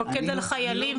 לפקד על חיילים?